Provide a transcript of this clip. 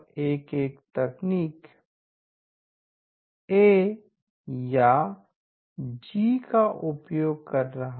80211तकनीक a या g का उपयोग कर रहा है